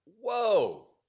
Whoa